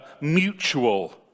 mutual